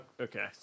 okay